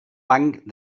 banc